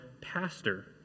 pastor